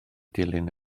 dilyn